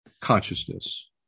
consciousness